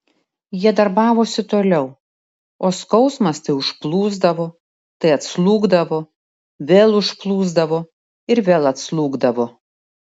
jie darbavosi toliau o skausmas tai užplūsdavo tai atslūgdavo vėl užplūsdavo ir vėl atslūgdavo